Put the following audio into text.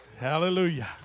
Hallelujah